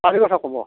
কথা ক'ব